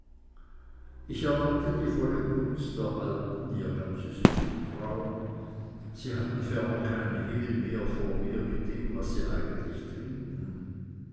ich erlangte die volle gunst der alten ihr ganzes zutrauen sie hatten ferner kein hehl mehr vor mir mit dem was sie eigentlich trieben